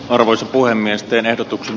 arvoisa puhemies teen ehdotuksen